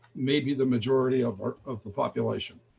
maybe the majority of sort of the population.